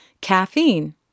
Caffeine